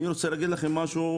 אני רוצה להגיד לכם משהו,